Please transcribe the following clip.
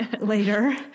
later